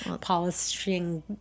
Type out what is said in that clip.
polishing